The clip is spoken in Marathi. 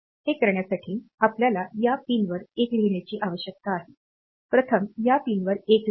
हे करण्यासाठी आपल्याला या पिनवर 1 लिहिण्याची आवश्यकता आहे प्रथम या पिनवर 1 लिहा